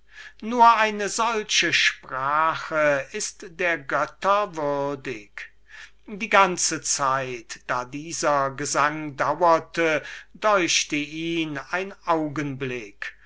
nur eine solche sprache ist der götter würdig die ganze zeit da dieser gesang dauerte deuchte ihn ein augenblick